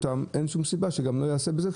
אין שום סיבה שגם לא תעשו בזה רפורמה.